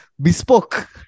bespoke